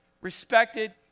respected